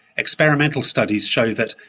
experimental studies show that,